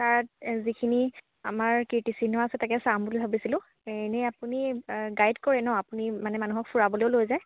তাত যিখিনি আমাৰ কীৰ্তিচিহ্ন আছে তাকে চাম বুলি ভাবিছিলোঁ এনেই আপুনি গাইড কৰে ন আপুনি মানে মানুহক ফুৰাবলৈও লৈ যায়